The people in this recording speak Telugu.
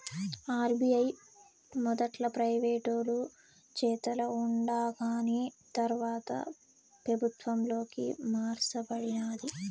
ఆర్బీఐ మొదట్ల ప్రైవేటోలు చేతల ఉండాకాని తర్వాత పెబుత్వంలోకి మార్స బడినాది